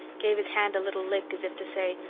gave his hand a little lick as if to say,